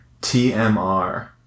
TMR